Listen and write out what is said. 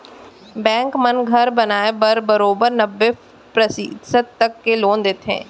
bank मन घर बनाए बर बरोबर नब्बे परतिसत तक के लोन देथे